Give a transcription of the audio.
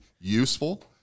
useful